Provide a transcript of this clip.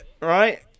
right